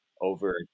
over